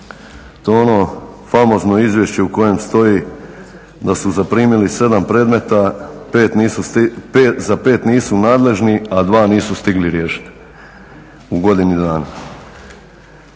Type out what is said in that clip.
To je ono famozno izvješće u kojem stoji da su zaprimili 7 predmeta, za 5 nisu nadležni, a 2 nisu stigli riješiti u godini dana.